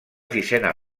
sisena